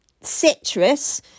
Citrus